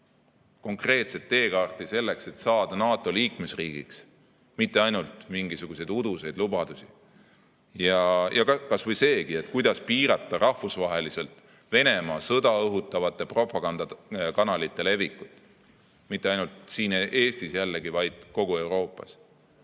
konkreetset teekaarti selleks, et saada NATO liikmesriigiks, mitte [ei antaks] ainult mingisuguseid uduseid lubadusi. Kas või seegi, kuidas piirata rahvusvaheliselt Venemaa sõda õhutavate propagandakanalite levikut, mitte ainult siin Eestis, vaid kogu Euroopas.